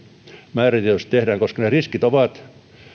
määrätietoisesti tehdään koska ne riskit ovat